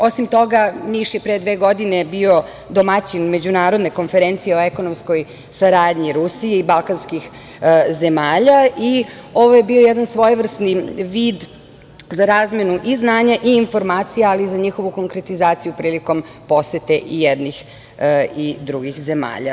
Osim toga, Niš je pre dve godine bio domaćin Međunarodne konferencije o ekonomskoj saradnji Rusije i balkanskih zemalja i ovo je bio jedan svojevrsni vid za razmenu i znanja i informacija, ali i za njihovu konkretizaciju prilikom posete i jednih i drugih zemalja.